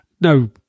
No